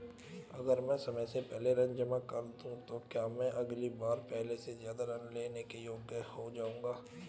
अगर मैं समय से पहले ऋण जमा कर दूं तो क्या मैं अगली बार पहले से ज़्यादा ऋण लेने के योग्य हो जाऊँगा?